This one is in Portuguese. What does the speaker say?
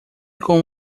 com